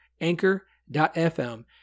anchor.fm